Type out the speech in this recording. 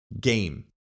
game